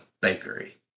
Bakery